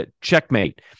Checkmate